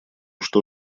что